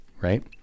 right